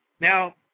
Now